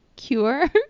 cure